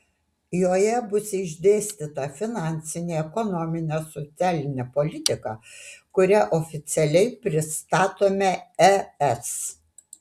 joje bus išdėstyta finansinė ekonominė socialinė politika kurią oficialiai pristatome es